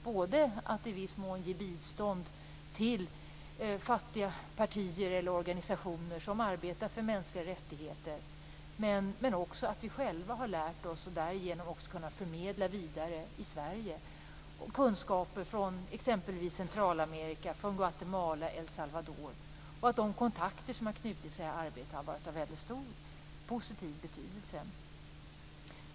Det har handlat om att i viss mån ge bistånd till fattiga partier eller organisationer som arbetar för mänskliga rättigheter. Men vi har också själva lärt oss och har därigenom kunnat förmedla vidare i Sverige kunskap från exempelvis Centralamerika, Guatemala och El Salvador. De kontakter som har knutits i arbetet har haft väldigt stor positiv betydelse.